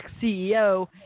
CEO